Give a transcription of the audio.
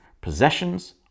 possessions